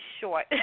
short